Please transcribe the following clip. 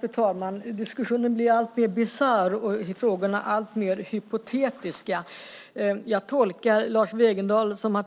Fru talman! Diskussionen blir alltmer bisarr och frågorna alltmer hypotetiska. Jag tolkar Lars Wegendal så